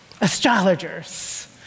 astrologers